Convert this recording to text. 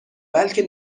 بلکه